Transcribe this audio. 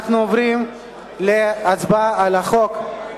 אנחנו עוברים להצבעה על הצעת חוק פ/2388,